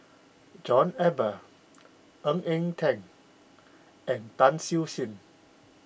John Eber Ng Eng Teng and Tan Siew Sin